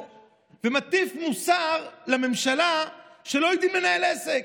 ומטיף מוסר לממשלה שלא יודעים לנהל עסק,